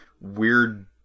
weird